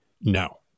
no